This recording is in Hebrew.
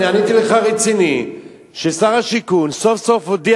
עניתי לך ברצינות ששר השיכון סוף-סוף הודיע